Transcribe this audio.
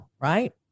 right